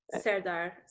Serdar